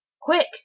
Quick